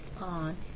on